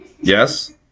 Yes